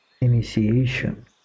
initiation